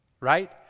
Right